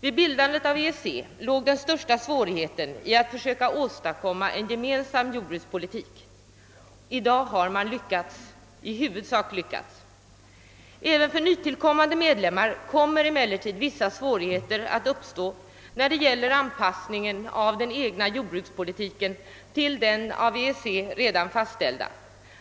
Vid bildandet av EEC låg den största svårigheten i att försöka åstadkomma en gemensam jordbrukspolitik. I dag har man i huvudsak lyckats. även för nytillkommande medlemmar kommer emellertid vissa svårigheter att uppstå när det gäller anpassningen av den egna jordbrukspolitiken till den av EEC redan fastställda.